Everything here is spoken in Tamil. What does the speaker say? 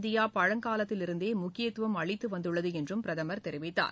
இந்தியா பழங்காலத்திலிருந்தே முக்கியத்துவம் அளித்து வந்துள்ளது என்றும் பிரதமர் தெரிவித்தார்